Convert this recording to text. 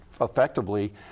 effectively